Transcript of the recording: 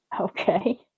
Okay